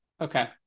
Okay